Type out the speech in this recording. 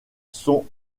sont